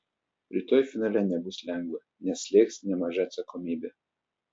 rytoj finale nebus lengva nes slėgs nemaža atsakomybė